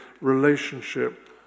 relationship